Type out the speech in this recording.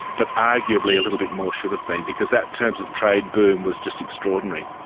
but arguably a little bit more should have been, because that terms of trade boom was just extraordinary.